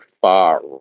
far